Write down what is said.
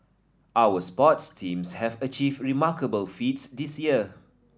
our sports teams have achieved remarkable feats this year